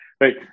right